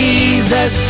Jesus